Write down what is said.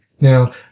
Now